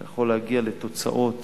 אתה יכול להגיע לתוצאות